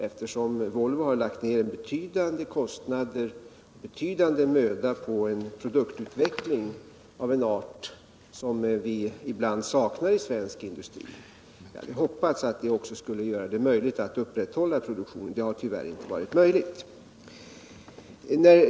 Eftersom Volvo lagt ner betydande kostnader och betydande möda på produktutveckling, av en art som vi ibland saknar i svensk industri, hade jag och fackklubben hoppats att produktionen skulle kunna upprätthållas, men det har tyvärr inte varit möjligt.